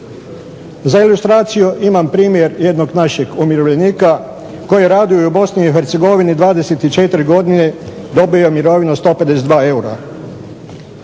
Za ilustraciju imam primjer jednog našeg umirovljenika koji radi u Bosni i Hercegovini 24 godine i dobio mirovinu 152 eura.